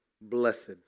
Blessed